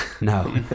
no